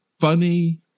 funny